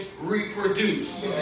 reproduce